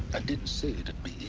i didn't say it'd be